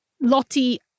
Lottie